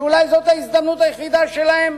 שאולי זאת ההזדמנות היחידה שלהם